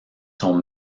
son